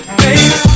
baby